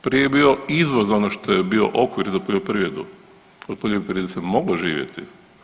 Prije je bio izvoz ono što je bio okvir za poljoprivredu, od poljoprivrede se moglo živjeti.